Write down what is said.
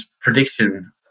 prediction